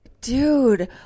dude